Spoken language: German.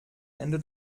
ende